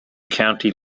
county